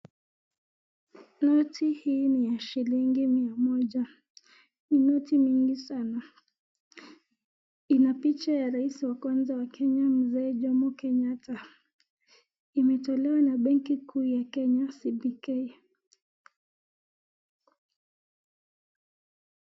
Noti hii ni shillingi mia moja ni noti mingi sana ina picha ya rais wa kwanza Mzee jomo Kenyatta, imetolewa na bengi juu ya kenya CBK.